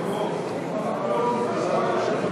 סגן שר